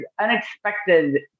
unexpected